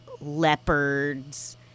leopards